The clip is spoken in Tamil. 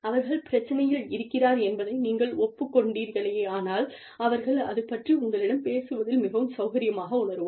அவர்கள் பிரச்சனையில் இருக்கிறார் என்பதை நீங்கள் ஒப்புக் கொண்டீர்களேயானால் அவர்கள் அது பற்றி உங்களிடம் பேசுவதில் மிகவும் சௌகரியமாக உணருவார்